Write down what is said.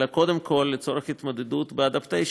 אלא קודם כול לצורך התמודדות עם adaptation.